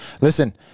Listen